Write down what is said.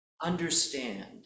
understand